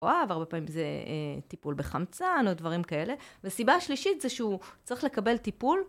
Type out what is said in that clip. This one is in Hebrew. והרבה פעמים זה טיפול בחמצן או דברים כאלה. וסיבה שלישית זה שהוא צריך לקבל טיפול.